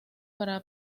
para